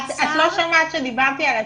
את לא שמעת שדיברתי על הצפון?